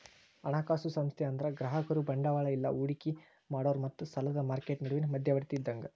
ಹಣಕಾಸು ಸಂಸ್ಥೆ ಅಂದ್ರ ಗ್ರಾಹಕರು ಬಂಡವಾಳ ಇಲ್ಲಾ ಹೂಡಿಕಿ ಮಾಡೋರ್ ಮತ್ತ ಸಾಲದ್ ಮಾರ್ಕೆಟ್ ನಡುವಿನ್ ಮಧ್ಯವರ್ತಿ ಇದ್ದಂಗ